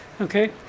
okay